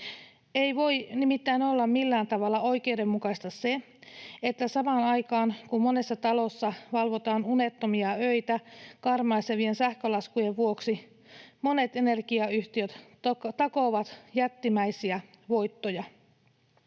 Ei voi nimittäin olla millään tavalla oikeudenmukaista se, että samaan aikaan, kun monessa talossa valvotaan unettomia öitä karmaisevien sähkölaskujen vuoksi, monet energiayhtiöt takovat jättimäisiä voittoja.